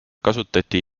kasutati